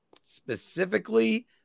specifically